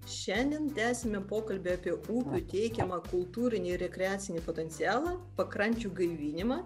šiandien tęsime pokalbį apie upių teikiamą kultūrinį ir rekreacinį potencialą pakrančių gaivinimą